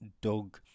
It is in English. dog